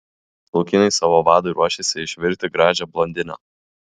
laukiniai savo vadui ruošiasi išvirti gražią blondinę